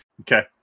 Okay